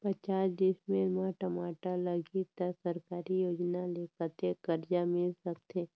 पचास डिसमिल मा टमाटर लगही त सरकारी योजना ले कतेक कर्जा मिल सकथे?